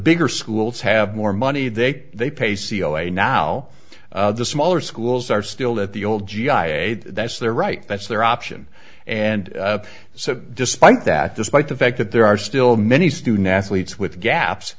bigger schools have more money they they pay c o a now the smaller schools are still at the old g i a that's their right that's their option and so despite that despite the fact that there are still many student athletes with gaps